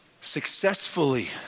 successfully